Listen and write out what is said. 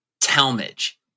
Talmage